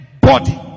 body